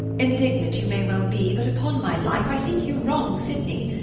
indignant you may well be, but, upon my life, i think you wrong sydney.